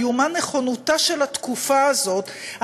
איומה נכונותה של התקופה הזאת,